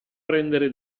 prendere